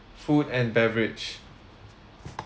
food and beverage